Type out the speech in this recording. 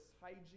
hygiene